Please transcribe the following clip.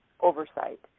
oversight